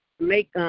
Make